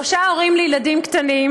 שלושה הורים לילדים קטנים,